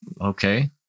okay